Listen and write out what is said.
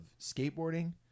skateboarding